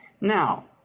Now